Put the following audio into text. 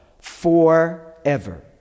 forever